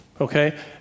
Okay